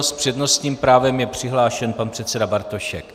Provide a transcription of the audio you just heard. S přednostním právem je přihlášen pan předseda Bartošek.